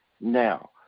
now